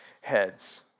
heads